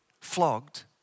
Flogged